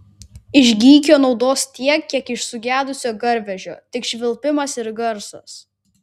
iš gykio naudos tiek kiek iš sugedusio garvežio tik švilpimas ir garas